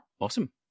Awesome